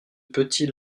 petit